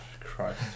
Christ